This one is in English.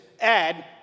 add